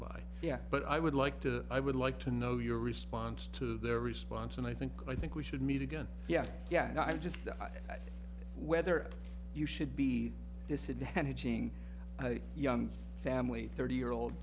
by yeah but i would like to i would like to know your response to their response and i think i think we should meet again yeah yeah i just i think whether you should be disadvantaging by young family thirty year old